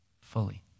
fully